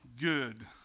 Good